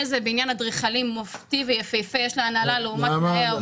איזה בניין אדריכלי מופתי ויפהפה יש להנהלה לעומת תנאי העובדים,